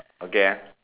okay ah